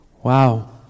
Wow